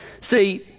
See